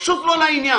פשוט לא לעניין.